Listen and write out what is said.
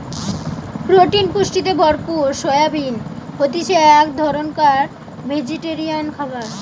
protein পুষ্টিতে ভরপুর soybean হতিছে এক ধরণকার ভেজিটেরিয়ান খাবার